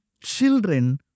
children